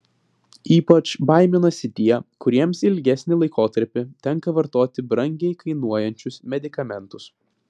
ypač baiminasi tie kuriems ilgesnį laikotarpį tenka vartoti brangiai kainuojančius medikamentus